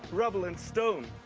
rubble, and stone.